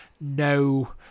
no